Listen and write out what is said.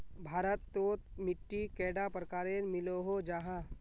भारत तोत मिट्टी कैडा प्रकारेर मिलोहो जाहा?